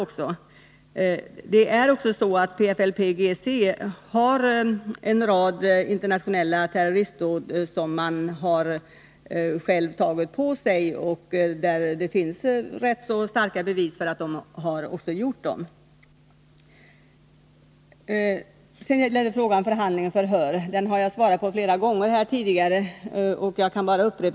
PFLP-GC har tagit på sig ansvaret för en rad internationella terroristdåd, och det finns också rätt starka bevis för att organisationen har begått dem. Frågan om förhandling eller förhör har jag svarat på flera gånger tidigare.